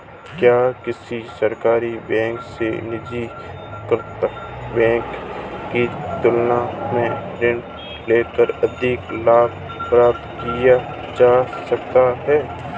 क्या किसी सरकारी बैंक से निजीकृत बैंक की तुलना में ऋण लेकर अधिक लाभ प्राप्त किया जा सकता है?